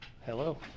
Hello